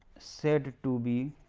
said to be